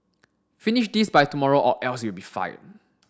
finish this by tomorrow or else you'll be fired